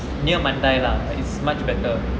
near mandai lah it's much better